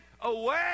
away